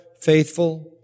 faithful